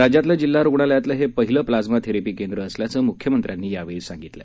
राज्यातलं जिल्हा रुग्णालयातलं हे पहिलं प्लाझ्मा थेरपी केंद्र असल्याचं मुख्यमंत्र्यांनी यावेळी सांगितलं